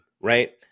right